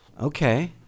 Okay